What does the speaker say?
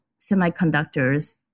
semiconductors